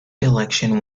election